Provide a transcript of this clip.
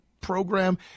program